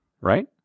right